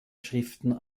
schriften